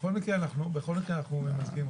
בכל מקרה אנחנו ממזגים אותם.